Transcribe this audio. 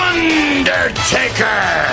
Undertaker